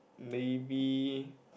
maybe